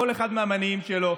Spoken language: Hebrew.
כל אחד מהמניעים שלו.